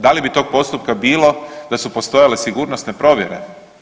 Da li bi tog postupka bilo da su postojale sigurnosne provjere?